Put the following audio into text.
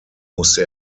musste